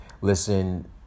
Listen